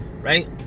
right